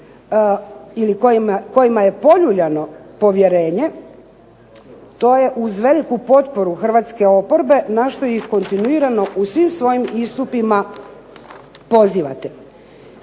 ili kojima je poljuljano povjerenje, to je uz veliku potporu hrvatske oporbe na što ih kontinuirano u svim svojim istupima pozivate.